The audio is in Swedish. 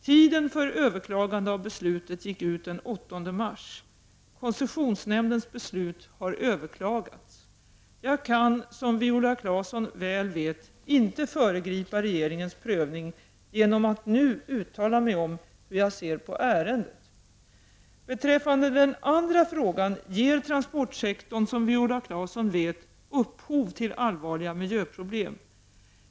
Tiden för överklagande av beslutet gick ut den 8 mars. Koncessionsnämndens beslut har överklagats. Jag kan, som Viola Claesson väl vet, inte föregripa regeringens prövning genom att nu uttala mig om hur jag ser på ärendet. Beträffande den andra frågan ger transportsektorn, som Viola Claesson vet, upphov till allvarliga miljöproblem.